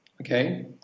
okay